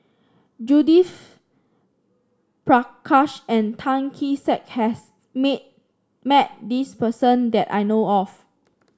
Judith Prakash and Tan Kee Sek has meet met this person that I know of